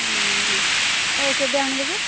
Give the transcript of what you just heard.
ହଁ ଆଉ କେବେ ଆଣିଦେବେ